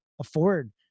afford